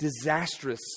disastrous